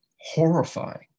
horrifying